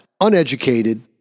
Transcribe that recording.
uneducated